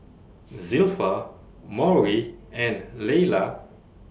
Zilpha Maury and Leila